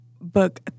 book